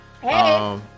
Hey